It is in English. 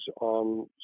on